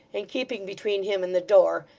and keeping between him and the door,